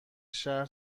شهر